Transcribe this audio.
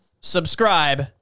Subscribe